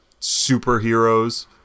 superheroes